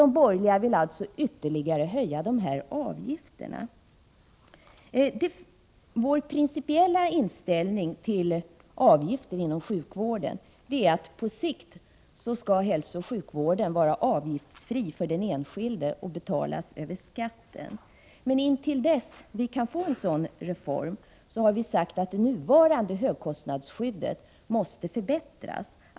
De borgerliga vill alltså ytterligare höja dessa avgifter. Vår principiella inställning till avgifter inom sjukvården är att hälsooch sjukvården på sikt skall vara avgiftsfri för den enskilde och betalas över skattsedeln. Men till dess att vi kan få en sådan reform måste högkostnadsskyddet förbättras.